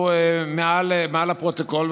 הוא מעל הפרוטוקול,